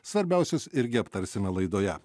svarbiausius irgi aptarsime laidoje